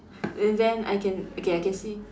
err then I can okay I can see